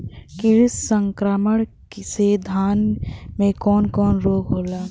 कीट संक्रमण से धान में कवन कवन रोग होला?